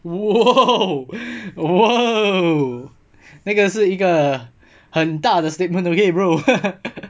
!whoa! !whoa! 那个是一个很大的 statement okay bro